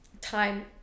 time